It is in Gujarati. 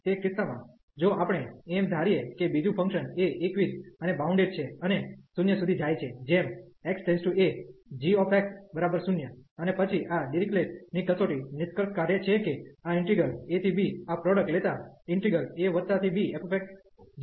તે કિસ્સામાં જો આપણે એમ ધારીએ કે બીજું ફંકશન એ એકવિધ અને બાઉન્ડેડ છે અને 0 સુધી જાય છે જેમ x→a gx0 અને પછી આ ડિરીક્લેટDirichlet's ની કસોટી નિષ્કર્ષ કાઢે છે કે આ ઈન્ટિગ્રલ a થી b આ પ્રોડ્કટ લેતાabfxgxdxપણ કન્વર્ઝ થાય છે